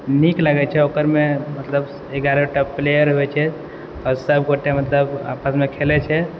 नीक लगै छै ओकरमे मतलब एगारहटा प्लेयर होइ छै आओर सब गोटे मतलब आपसमे खेलै छै